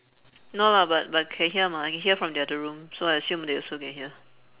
no lah but but can hear mah I can hear from the other room so I assume they also can hear